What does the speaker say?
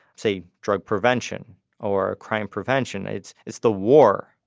say drug prevention or crime prevention. it's it's the war.